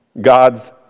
God's